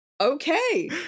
Okay